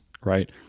right